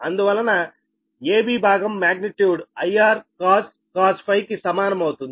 అందువలన AB భాగం magnitude I Rcos ∅ కి సమానం అవుతుంది